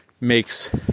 makes